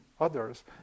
others